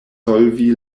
solvi